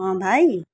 अँ भाइ